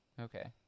Okay